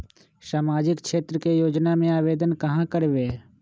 सामाजिक क्षेत्र के योजना में आवेदन कहाँ करवे?